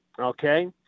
okay